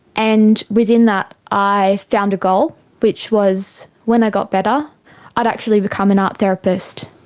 and within that i found a goal which was when i got better i would actually become an art therapist.